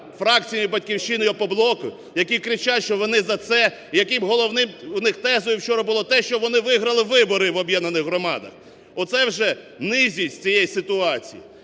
фракцією "Батьківщини" і "Опоблоку", які кричать, що вони за це, у яких головною тезою вчора було те, що вони виграли вибори в об'єднаних громадах. Оце вже низість цієї ситуації.